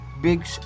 big